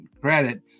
credit